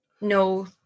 no